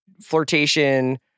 flirtation